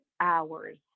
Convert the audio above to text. hours